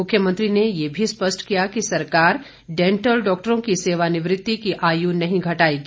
मुख्यमंत्री ने यह भी स्पष्ट किया कि सरकार डेंटल डॉक्टरों की सेवानिवृत्ति की आयु नहीं घटाएगी